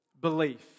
belief